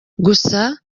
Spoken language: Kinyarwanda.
gusa